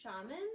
shaman